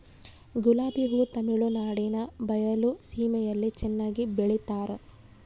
ಗುಲಾಬಿ ಹೂ ತಮಿಳುನಾಡಿನ ಬಯಲು ಸೀಮೆಯಲ್ಲಿ ಚೆನ್ನಾಗಿ ಬೆಳಿತಾರ